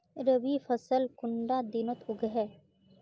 रवि फसल कुंडा दिनोत उगैहे?